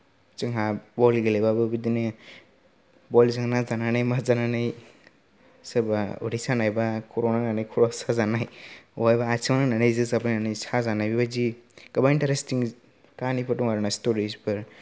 जोंहा बल गेलेबाबो बिदिनो बलजों नांजानानै मा जानानै सोरबा उदै सानाय बा खर'आव नांनानै खर' साजानाय बबेबा आथिङाव नांनानै जोजाबायनानै साजानाय बेबायदि गोबां इन्टारेस्टिं काहानिफोर दं आरो ना स्ट'रिसफोर